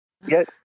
yes